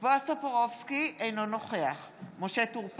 בועז טופורובסקי, אינו נוכח משה טור פז,